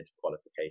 qualification